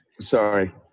Sorry